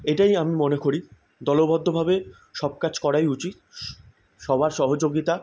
এটাই আমি মনে করি দলবদ্ধভাবে সব কাজ করাই উচিত সবার সহযোগিতা